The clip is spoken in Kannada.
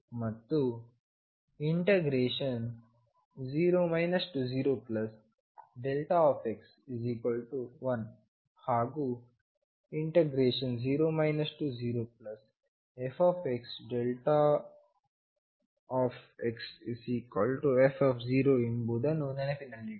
ಮತ್ತು 0 0x1ಹಾಗೂ0 0fδxf ಎಂಬುದನ್ನು ನೆನಪಿನಲ್ಲಿಡಿ